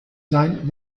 sein